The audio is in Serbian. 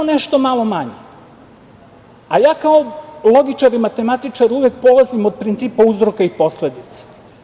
Nešto malo manje, a ja ko logičar i matematičar uvek polazim od principa uzroka i posledica.